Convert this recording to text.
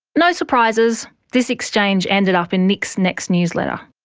no surprises, this exchange ended up in nick's next newsletter.